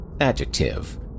Adjective